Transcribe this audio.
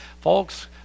Folks